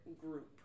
group